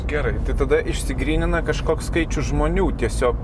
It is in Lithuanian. gerai tai tada išsigrynina kažkoks skaičius žmonių tiesiog